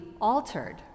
altered